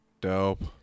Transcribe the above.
Dope